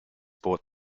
bought